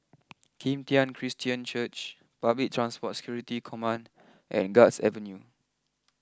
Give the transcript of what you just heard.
Kim Tian Christian Church Public Transport Security Command and Guards Avenue